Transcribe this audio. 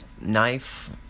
Knife